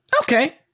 okay